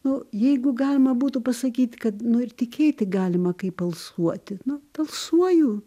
nu jeigu galima būtų pasakyt kad nu ir tikėti galima kaip alsuoti nu alsuoju